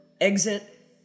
exit